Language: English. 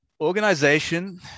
Organization